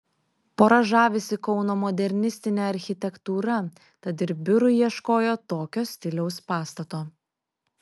pora žavisi kauno modernistine architektūra tad ir biurui ieškojo tokio stiliaus pastato